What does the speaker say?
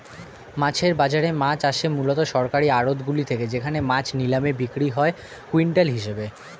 মাছের বাজারে মাছ আসে মূলত সরকারি আড়তগুলি থেকে যেখানে মাছ নিলামে বিক্রি হয় কুইন্টাল হিসেবে